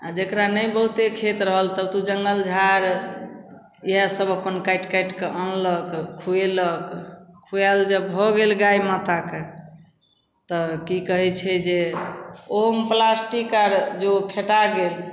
आओर जकरा नहि बहुते खेत रहल तब तऽ ओ जङ्गल झाड़ इएहसब अपन काटि काटिके आनलक खुएलक खुएल जब भऽ गेल गाइ माताके तऽ कि कहै छै जे ओहोमे प्लास्टिक आर जँ फेटा गेल